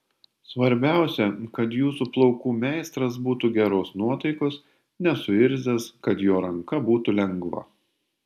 svarbiausia kad jūsų plaukų meistras būtų geros nuotaikos nesuirzęs kad jo ranka būtų lengva